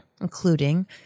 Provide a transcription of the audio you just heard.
including